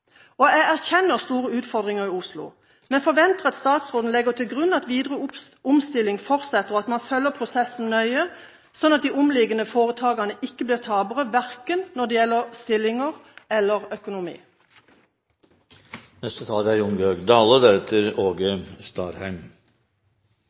Jeg erkjenner store utfordringer i Oslo, men forventer at statsråden legger til grunn at videre omstilling fortsetter, og at man følger prosessen nøye, slik at de omliggende foretakene ikke blir tapere verken når det gjelder stillinger eller